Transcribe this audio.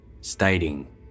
stating